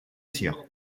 cyr